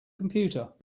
computer